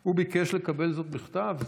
הוא ביקש לקבל זאת בכתב?